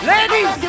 Ladies